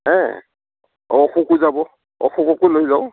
হে অশোকো যাব অশোককো লৈ যাওঁ